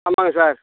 ஆமாங்க சார்